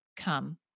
Come